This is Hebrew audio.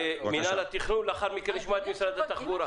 מינהל התכנון ואחר כך נשמע את משרד התחבורה.